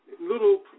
little